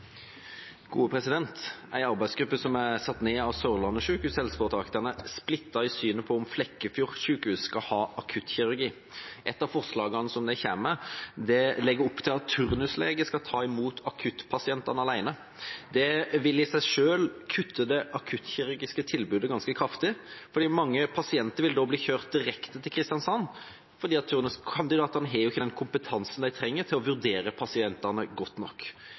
arbeidsgruppe som er satt ned av Sørlandet sykehus HF, er splittet i synet på om Flekkefjord sykehus skal ha akuttkirurgi. Et av forslagene de kommer med, legger opp til at en turnuslege skal ta imot akuttpasientene alene. Det vil i seg selv kutte det akuttkirurgiske tilbudet ganske kraftig, fordi mange pasienter da vil bli kjørt direkte til Kristiansand fordi turnuskandidatene ikke har den kompetansen de trenger for å vurdere pasientene godt nok.